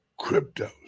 cryptos